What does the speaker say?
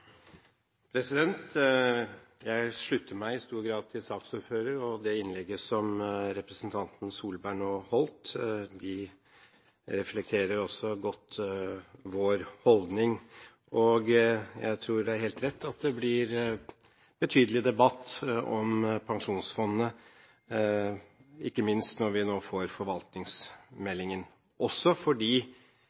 Jeg slutter meg i stor grad til saksordføreren og det innlegget som representanten Tvedt Solberg nå holdt. De reflekterte også godt vår holdning. Jeg tror det er helt rett at det blir betydelig debatt om Pensjonsfondet, ikke minst når vi nå får forvaltningsmeldingen – også fordi